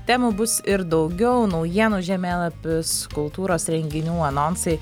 temų bus ir daugiau naujienų žemėlapis kultūros renginių anonsai